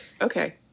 Okay